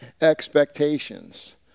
expectations